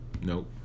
nope